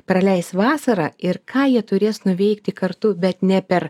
praleis vasarą ir ką jie turės nuveikti kartu bet ne per